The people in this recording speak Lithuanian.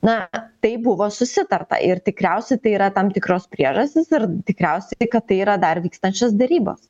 na taip buvo susitarta ir tikriausiai tai yra tam tikros priežastys ir tikriausiai kad tai yra dar vykstančios derybos